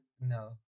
No